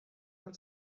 del